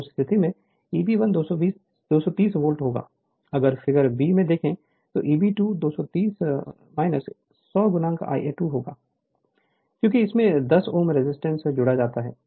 तो उस स्थिति में Eb 1 230 वोल्ट होगा अगर फिगर b में देखें Eb2 230 100 Ia2 होगा क्योंकि इसमें 10 Ω रेजिस्टेंस जोड़ा जाता है